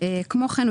כמו כן,